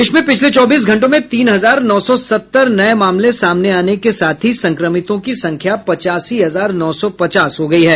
देश में पिछले चौबीस घंटों में तीन हजार नौ सौ सत्तर नये मामले सामने आने से संक्रमितों की संख्या पचासी हजार नौ सौ पचास हो गयी है